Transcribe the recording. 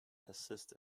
assist